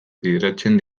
bideratzen